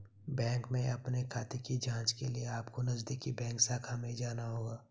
bank में अपने खाते की जांच के लिए अपको नजदीकी बैंक शाखा में जाना होगा